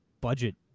budget